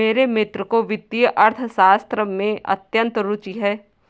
मेरे मित्र को वित्तीय अर्थशास्त्र में अत्यंत रूचि है